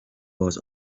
was